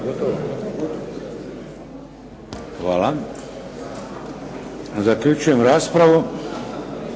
Hvala. Zaključujem raspravu.